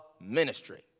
ministry